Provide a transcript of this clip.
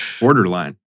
Borderline